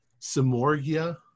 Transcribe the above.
Simorgia